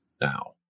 now